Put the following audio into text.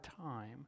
time